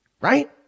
right